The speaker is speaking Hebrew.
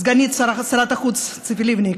סגנית שר החוץ ציפי חוטובלי,